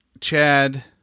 Chad